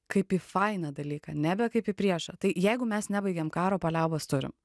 kaip į fainą dalyką nebe kaip į priešą tai jeigu mes nebaigėm karo paliaubas turim